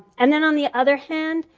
and then on the other hand,